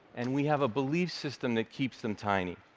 and we have a belief system that keeps them tiny.